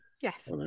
Yes